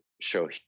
show